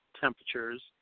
temperatures